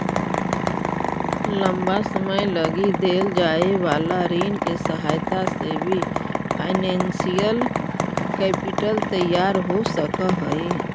लंबा समय लगी देल जाए वाला ऋण के सहायता से भी फाइनेंशियल कैपिटल तैयार हो सकऽ हई